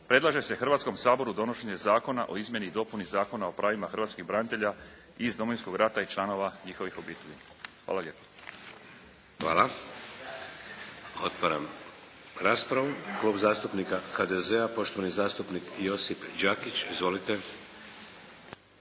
Predlaže se Hrvatskom saboru donošenje Zakona o izmjeni i dopuni Zakona o pravima hrvatskih branitelja iz Domovinskog rata i članova njihovih obitelji. Hvala lijepo. **Šeks, Vladimir (HDZ)** Hvala. Otvaram raspravu. Klub zastupnika HDZ-a, poštovani zastupnik Josip Đakić. Izvolite.